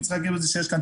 אני אומר שוב,